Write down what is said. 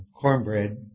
cornbread